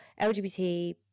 lgbt